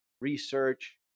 research